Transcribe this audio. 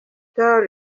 tor